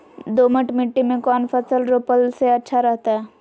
दोमट मिट्टी में कौन फसल रोपला से अच्छा रहतय?